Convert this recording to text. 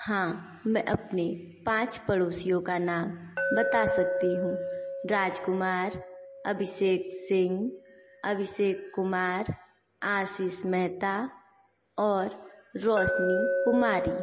हाँ मैं अपने पाँच पड़ोसियों का नाम बता सकती हूँ राजकुमार अभिषेक सिंह अभिषेक कुमार आशीष मेहता और रौशनी कुमारी